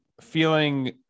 feeling